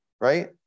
right